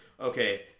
okay